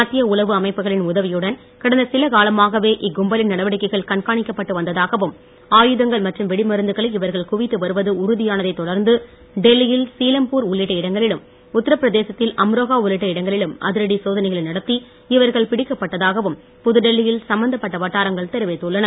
மத்திய உளவு அமைப்புகளின் உதவியுடன் கடந்த சில காலமாகவே இக்கும்பலின் நடவடிக்கைகள் கண்காணிக்கப்பட்டு வந்ததாகவும் ஆயுதங்கள் மற்றும் வெடிமருந்துகளை இவர்கள் குவித்து வருவது உறுதியானதைத் தொடர்ந்து டெல்லியில் சீலம்பூர் உள்ளிட்ட இடங்களிலும் உத்தரப்பிரதேசத்தில் அம்ரோகா உள்ளிட்ட இடங்களிலும் அதிரடி சோதனைகளை நடத்தி இவர்கள் பிடிக்கப்பட்டதாகவும் புதுடெல்லியில் சம்பந்தப்பட்ட வட்டாரங்கள் தெரிவித்துள்ளன